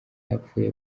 yapfuye